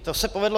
To se povedlo.